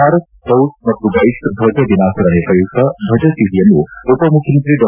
Bharat scouts ಮತ್ತು guides ಧ್ವಜ ದಿನಾಚರಣೆ ಪ್ರಯುಕ್ತ ಧ್ವಜ ಚೀಟಿಯನ್ನು ಉಪಮುಖ್ಯಮಂತ್ರಿ ಡಾ